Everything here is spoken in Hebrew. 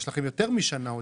אז יש לכם יותר משנה עודף.